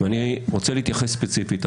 אני רוצה להתייחס ספציפית.